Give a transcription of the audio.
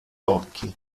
occhi